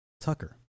tucker